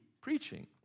preaching